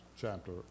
chapter